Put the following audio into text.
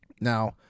now